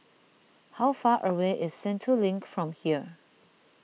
how far away is Sentul Link from here